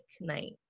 night